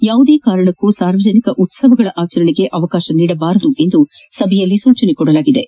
ಯಾವುದೆ ಕಾರಣಕ್ಕೆ ಸಾರ್ವಜನಿಕ ಉತ್ಸವಗಳ ಆಚರಣೆಗೆ ಅವಕಾಶ ನೀಡಬಾರದು ಎಂದು ಸೂಚಿಸಲಾಯಿತು